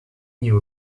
knew